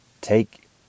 Take